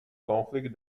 conflict